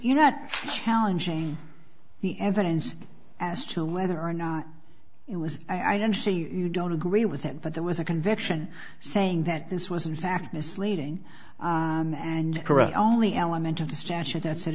you not challenging the evidence as to whether or not it was i don't see you don't agree with him but there was a conviction saying that this was in fact misleading and corrupt only element of the statute that's an